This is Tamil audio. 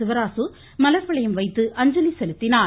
சிவராசு மலர்வளையம் வைத்து அங்சலி செலுத்தினார்